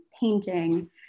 painting